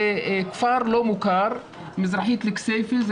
שהוא כפר לא מוכר מזרחית לכסייפה,